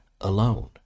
alone